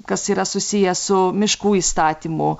kas yra susiję su miškų įstatymu